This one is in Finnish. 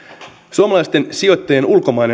suomalaisten sijoittajien ulkomainen